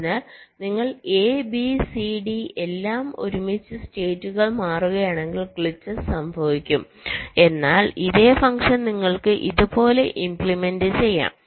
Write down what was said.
അതിനാൽ നിങ്ങൾ A B C D എല്ലാം ഒരുമിച്ച് സ്റ്റേറ്റുകൾ മാറ്റുകയാണെങ്കിൽ ഗ്ലിച്ചസ് സംഭവിക്കും എന്നാൽ ഇതേ ഫംഗ്ഷൻ നിങ്ങൾക്ക് ഇതുപോലെ ഇമ്പ്ലിമെൻറ് ചെയ്യാം